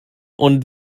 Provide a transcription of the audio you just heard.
und